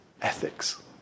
ethics